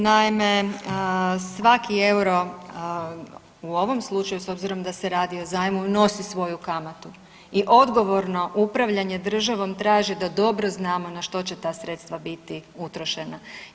Naime, svaki euro u ovom slučaju s obzirom da se radi o zajmu nosi svoju kamatu i odgovorno upravljanje državom traži da dobro znamo na što će ta sredstva biti utrošena.